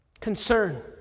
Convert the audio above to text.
Concern